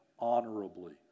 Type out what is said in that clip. honorably